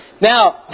Now